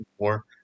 more